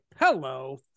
hello